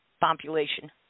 population